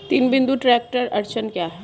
तीन बिंदु ट्रैक्टर अड़चन क्या है?